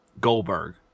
Goldberg